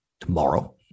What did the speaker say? tomorrow